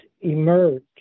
emerge